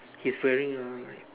he is wearing